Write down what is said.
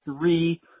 three